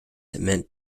meant